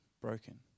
broken